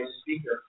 speaker